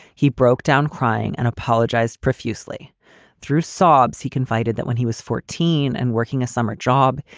he broke down, crying and apologized profusely through sobs. he confided that when he was fourteen and working a summer job,